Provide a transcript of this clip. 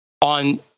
on